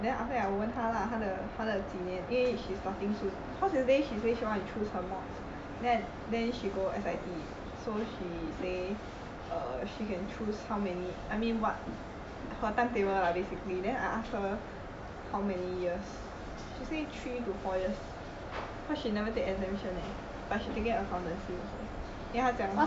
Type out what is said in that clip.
then after that I 我问他啦他的他的几年因为 she starting soon cause that day she say she say she want to choose her mods then then she go S_I_T so she say err she can choose how many I mean what her timetable lah basically then I ask her how many years then she say three to four years cause she never take exemption leh but she taking accountancy also then 她讲